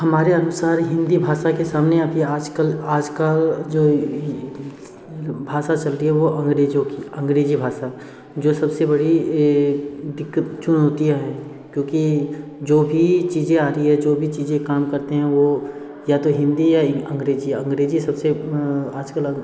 हमारे अनुसार हिंदी भाषा के सामने अभी आजकल आजकल जो भाषा चलती है वह अंग्रेजो की अंग्रेजी भाषा जो सबसे बड़ी दिक्कत चुनौतियाँ हैं क्योकि जो भी चीज़ें आ रही है जो भी चीज़ें काम करते हैं वह या तो हिन्दी या अंग्रेजी अंग्रेजी सबसे आजकल